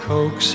Coax